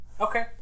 Okay